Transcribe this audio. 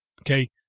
Okay